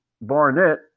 Barnett